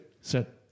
Set